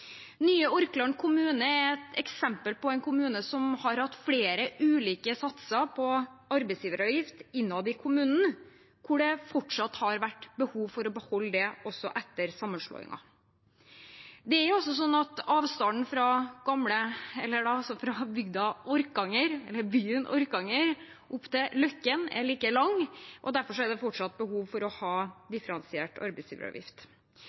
Nye Orkland kommune er et eksempel på en kommune som har hatt flere ulike satser på arbeidsgiveravgift innad i kommunen, og hvor det har vært behov for å beholde det også etter sammenslåingen – for avstanden fra byen Orkanger opp til Løkken er like lang, og derfor er det fortsatt behov for å ha differensiert arbeidsgiveravgift.